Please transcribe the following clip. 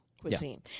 cuisine